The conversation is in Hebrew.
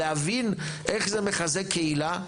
להבין איך זה מחזק קהילה.